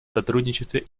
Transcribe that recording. сотрудничестве